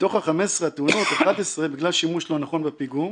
מתוך 15 התאונות 11 בגלל שימוש לא נכון בפיגום